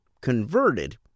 converted